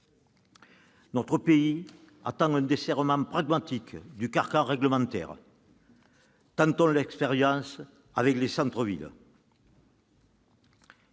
Notre pays attend un desserrement pragmatique du carcan réglementaire : tentons l'expérience avec les centres-villes